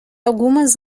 algumas